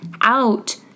out